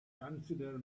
consider